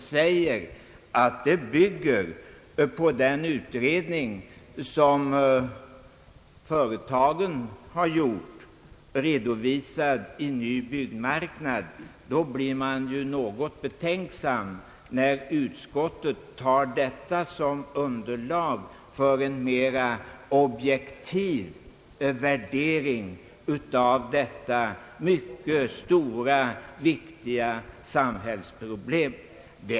Herr Ståhle säger som svar på min fråga att uttalandet bygger på en utredning som har gjorts av företagen, redovisad i Ny byggmarknad. Man blir något betänksam när utskottet tar detta som underlag för en objektiv värdering av detta mycket stora och viktiga samhällsproblem.